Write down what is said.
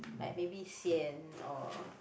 like maybe sian or